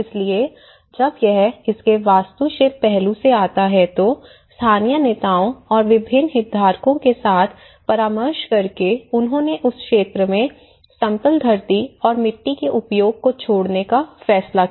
इसलिए जब यह इसके वास्तुशिल्प पहलू से आता है तो स्थानीय नेताओं और विभिन्न हितधारकों के साथ परामर्श करके उन्होंने उस क्षेत्र में समतल धरती और मिट्टी के उपयोग को छोड़ने का फैसला किया